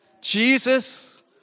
Jesus